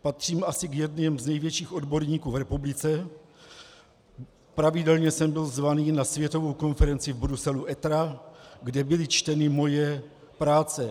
Patřím asi k jedněm z největších odborníků v republice, pravidelně jsem byl zván na světovou konferenci v Bruselu ETRA, kde byly čteny moje práce.